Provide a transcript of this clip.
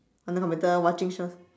on the computer watching shows